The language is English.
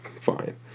fine